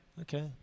Okay